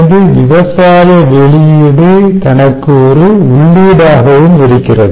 எனவே விவசாய வெளியீடு தனக்கு ஒரு உள்ளீடாகவும் இருக்கிறது